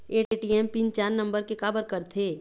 ATM PIN चार number के काबर करथे?